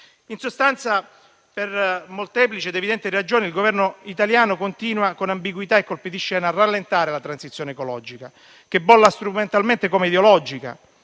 In sostanza, per molteplici ed evidenti ragioni, il Governo italiano continua con ambiguità e colpi di scena a rallentare la transizione ecologica, che bolla strumentalmente come ideologica,